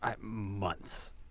months